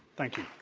thank you.